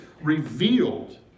revealed